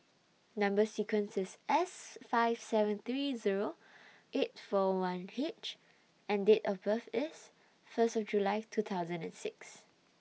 Number sequence IS S five seven three Zero eight four one H and Date of birth IS First of July two thousand and six